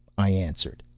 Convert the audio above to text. i answered.